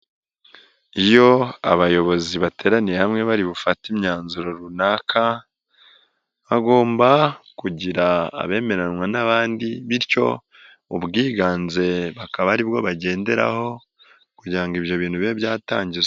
Iyo abayobozi bateraniye hamwe baribufate imyanzuro runaka, hagomba kugira abemeranywa n'abandi bityo ubwiganze bakaba aribwo bagenderaho kugira ngo ibyo bintu bibe byatangizwa.